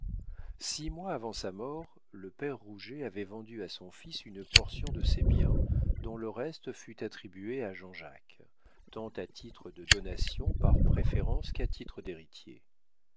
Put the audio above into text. six mois avant sa mort le père rouget avait vendu à son fils une portion de ses biens dont le reste fut attribué à jean-jacques tant à titre de donation par préférence qu'à titre d'héritier